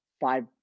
five